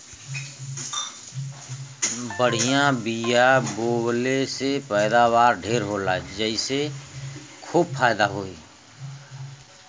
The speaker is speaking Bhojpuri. बढ़िया बिया बोवले से पैदावार ढेर होला जेसे खूब फायदा होई